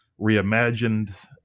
reimagined